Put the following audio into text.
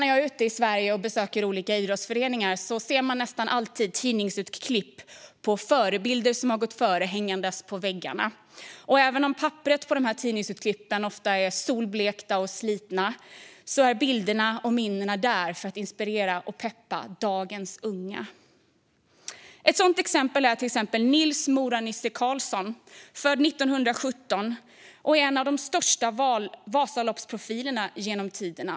När jag är ute i Sverige och besöker olika idrottsföreningar ser jag nästan alltid tidningsurklipp på förebilder som har gått före hängande på väggarna. Även om papperet på urklippen ofta är solblekt och slitet är bilderna och minnena där för att inspirera och peppa dagens unga. Ett sådant exempel är Nils "Mora-Nisse" Karlsson, född 1917 och en av de största Vasaloppsprofilerna genom tiderna.